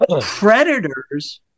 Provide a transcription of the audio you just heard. Predators